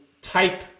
type